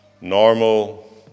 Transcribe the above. normal